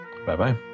Bye-bye